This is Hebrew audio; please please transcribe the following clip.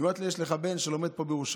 היא אומרת לי: יש לך בן שלומד פה בירושלים.